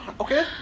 okay